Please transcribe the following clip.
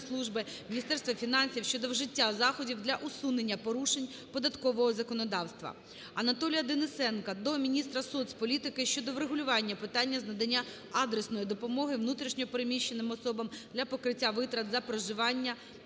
Міністерства фінансів щодо вжиття заходів для усунення порушень податкового законодавства. Анатолія Денисенка до міністрасоцполітики щодо врегулювання питання з надання адресної допомоги внутрішньо переміщеним особам для покриття витрат на проживання